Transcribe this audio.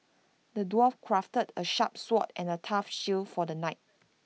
the dwarf crafted A sharp sword and A tough shield for the knight